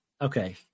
okay